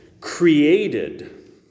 created